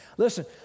Listen